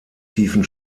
tiefen